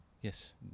yes